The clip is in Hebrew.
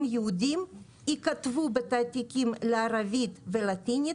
יהודיים ייכתבו בתעתיקים לערבית ולטינית,